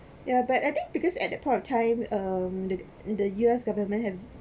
ya but I think because at that point of time um the the U_S government have